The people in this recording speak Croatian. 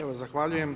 Evo zahvaljujem.